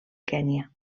kenya